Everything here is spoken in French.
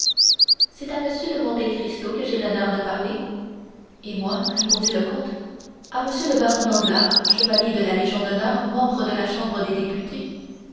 c'est à monsieur de monte cristo que j'ai l'honneur de parler et moi répondit le comte à monsieur le baron danglars chevalier de la légion d'honneur membre de la chambre des députés